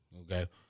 Okay